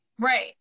Right